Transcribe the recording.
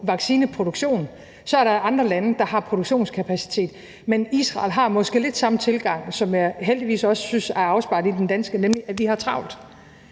vaccineproduktion, er der andre lande, der har produktionskapacitet, men Israel har måske lidt samme tilgang, som jeg heldigvis synes er afspejlet i den danske, nemlig at vi har travlt,